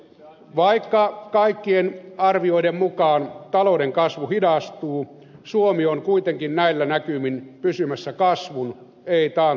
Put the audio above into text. vaikka kaikkien arvioiden mukaan talouden kasvu hidastuu suomi on kuitenkin näillä näkymin pysymässä kasvun ei taantuman puolella